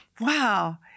wow